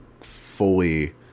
fully